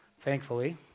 thankfully